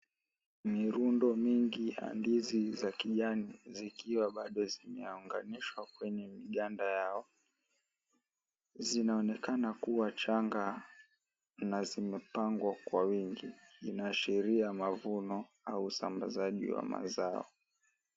Mirundo mingi ya ndizi za kijani zikiwa bado zimeunganishwa kwenye miganda yao. Zinaonekana kuwa changa na zimepangwa kwa wingi. Zinaishiria mavuno au usambazaji wa mazao.